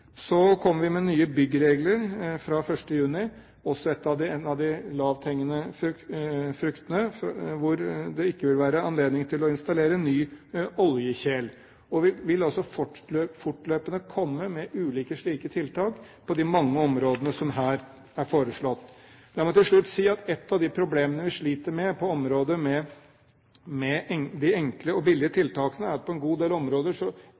Så kom vi med nye byggregler fra 1. juni – også det en av de lavthengende fruktene – hvor det ikke vil være anledning til å installere ny oljekjele. Vi vil også fortløpende komme med ulike slike tiltak på de mange områdene som her er foreslått. La meg til slutt si at ett av de problemene som vi sliter med når det gjelder de enkle og billige tiltakene, er at på en god del områder